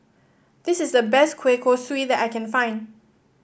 this is the best Kueh Kosui that I can find